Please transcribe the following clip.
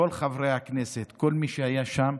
כל חברי הכנסת, כל מי שהיה שם.